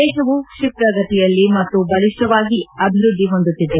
ದೇಶವು ಕ್ಷಿಪ್ರಗತಿಯಲ್ಲಿ ಮತ್ತು ಬಲಿಷ್ಠವಾಗಿ ಅಭಿವೃದ್ಧಿ ಹೊಂದುತ್ತಿದೆ